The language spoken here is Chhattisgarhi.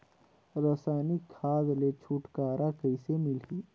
रसायनिक खाद ले छुटकारा कइसे मिलही?